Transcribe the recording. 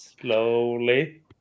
Slowly